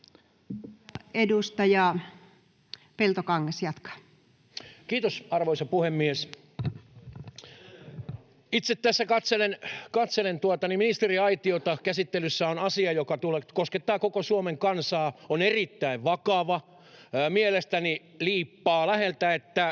Edustaja Peltokangas jatkaa. Kiitos, arvoisa puhemies! Itse tässä katselen ministeriaitiota. Käsittelyssä on asia, joka koskettaa koko Suomen kansaa ja on erittäin vakava. Mielestäni liippaa läheltä,